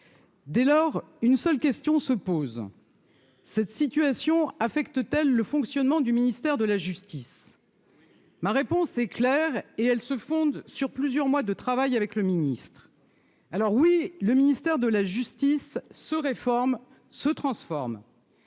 Dès lors, une seule question se pose cette situation affecte-t-elle le fonctionnement du ministère de la justice, ma réponse est claire et elle se fonde sur plusieurs mois de travail avec le ministre, alors oui, le ministère de la justice se réforme, se transforme,